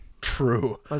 True